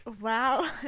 Wow